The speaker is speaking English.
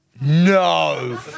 No